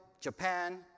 Japan